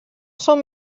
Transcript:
són